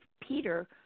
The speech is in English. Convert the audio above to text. Peter